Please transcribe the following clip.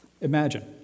Imagine